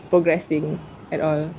progressing at all